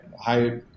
high